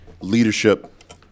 Leadership